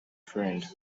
friend